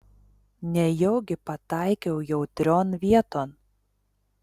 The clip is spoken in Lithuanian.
nejaugi pataikiau jautrion vieton